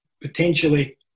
potentially